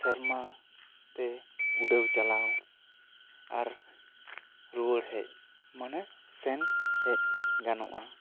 ᱥᱮᱨᱢᱟ ᱛᱮ ᱩᱰᱟᱹᱣ ᱪᱟᱞᱟᱣ ᱟᱨ ᱨᱩᱣᱟᱹᱲ ᱦᱮᱡ ᱢᱟᱱᱮ ᱥᱮᱱ ᱦᱮᱡ ᱜᱟᱱᱚᱜᱼᱟ